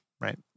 right